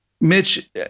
Mitch